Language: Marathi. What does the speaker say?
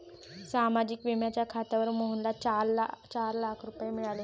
सामाजिक विम्याच्या खात्यावर मोहनला चार लाख रुपये मिळाले